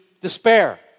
despair